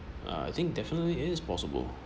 uh I think definitely is possible